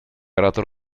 оратор